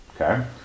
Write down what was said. Okay